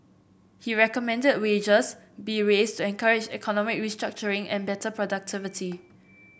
he recommended wages be raised to encourage economic restructuring and better productivity